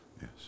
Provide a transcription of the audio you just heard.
Yes